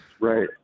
right